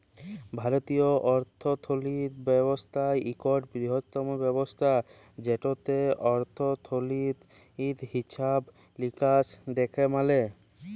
ভারতীয় অথ্থলিতি ব্যবস্থা ইকট বিরহত্তম ব্যবস্থা যেটতে অথ্থলিতির হিছাব লিকাস দ্যাখা ম্যালে